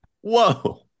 Whoa